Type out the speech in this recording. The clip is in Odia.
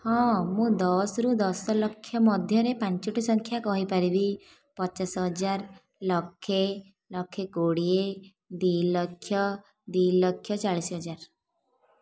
ହଁ ମୁଁ ଦଶରୁ ଦଶଲକ୍ଷ ମଧ୍ୟରେ ପାଞ୍ଚଟି ସଂଖ୍ୟା କହିପାରିବି ପଚାଶ ହଜାର ଲକ୍ଷେ ଲକ୍ଷେ କୋଡ଼ିଏ ଦୁଇ ଲକ୍ଷ ଦୁଇ ଲକ୍ଷ ଚାଳିଶ ହଜାର